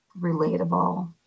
relatable